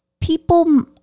people